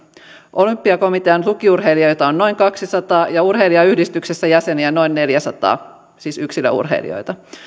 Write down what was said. olympiakomitean tukiurheilijoita on noin kaksisataa ja urheilijayhdistyksissä jäseniä noin neljäsataa siis yksilöurheilijoita